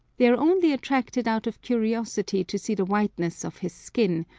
they are only attracted out of curiosity to see the whiteness of his skin,